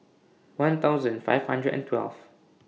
one thousand five hundred and twelve